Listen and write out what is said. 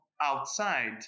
outside